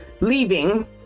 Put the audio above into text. leaving